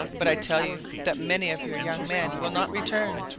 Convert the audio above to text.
but i tell you that many of your young men will not return,